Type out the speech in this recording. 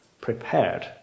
prepared